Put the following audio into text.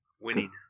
Winning